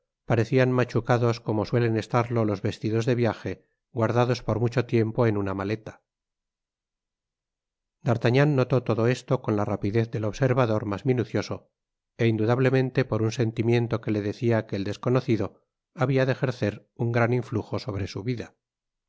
parecían machucados como suelen estarlo los vestidos de viaje guardados por mucho tiempo en una maleta d'artagnan notó todo esto con la rapidéz del observador mas minucioso c indudablemente por un sentimiento que le decia que el desconocido habia de ejercer un gran influjo sobre su vida